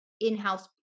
in-house